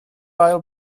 ail